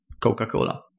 Coca-Cola